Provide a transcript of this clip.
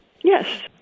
yes